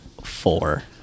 four